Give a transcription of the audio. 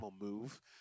move